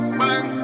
bang